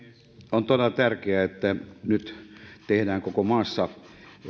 on todella tärkeää että nyt tehdään koko maassa